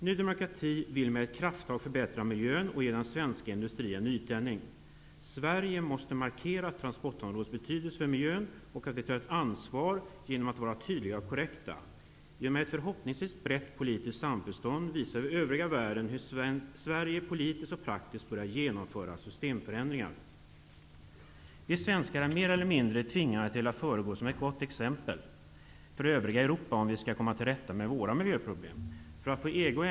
Ny demokrati vill med ett krafttag förbättra miljön och ge den svenska industrin en nytändning. Sverige måste markera transportområdets betydelse för miljön, och vi måste genom att vara tydliga och konkreta visa att vi tar ett ansvar. Genom ett förhoppningsvis brett politiskt samförstånd visar vi den övriga världen hur Sverige politiskt och praktiskt börjar genomföra systemförändringar. Vi svenskar är mer eller mindre tvingade till att föregå med gott exempel för det övriga Europa, om vi skall kunna komma till rätta med våra miljöproblem. För att få EG inkl.